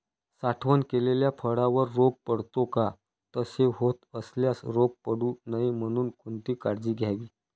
साठवण केलेल्या फळावर रोग पडतो का? तसे होत असल्यास रोग पडू नये म्हणून कोणती काळजी घ्यावी?